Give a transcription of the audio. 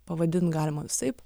pavadint galima visaip